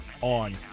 on